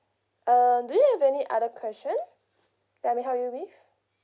um do you have any other question that I may help you with